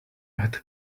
had